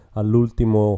all'ultimo